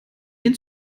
den